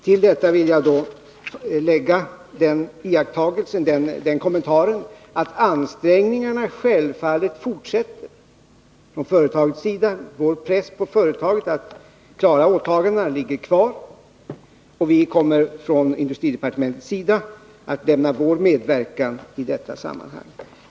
Till detta vill jag lägga den kommentaren att ansträngningarna från företagets sida självfallet fortsätter. Vår press på företaget att klara sina åtaganden ligger kvar, och vi kommer från industridepartementets sida att lämna vår medverkan i detta sammanhang.